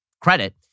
Credit